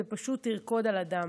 זה פשוט לרקוד על הדם.